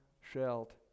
shalt